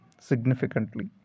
significantly